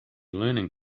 learning